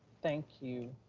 thank you,